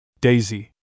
Daisy